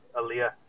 Aaliyah